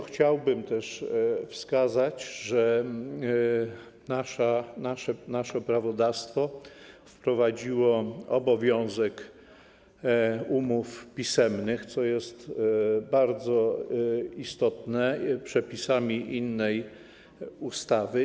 Chciałbym też wskazać, że nasze prawodawstwo wprowadziło obowiązek umów pisemnych, co jest bardzo istotne, przepisami innej ustawy.